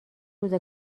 روز